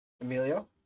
Emilio